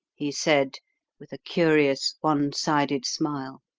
he said with a curious one-sided smile.